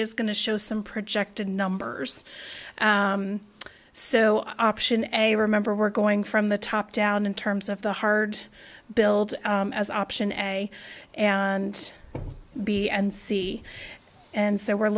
is going to show some projected numbers so option a remember we're going from the top down in terms of the hard build as option and a and b and c and so we're